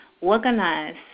organize